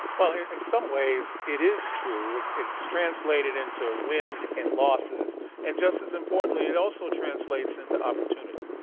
well, in some ways, it is true, and it's translated into wins and losses and just as importantly it also translates into opportunity.